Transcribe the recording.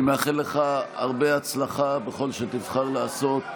אני מאחל לך הרבה הצלחה בכל שתבחר לעשות.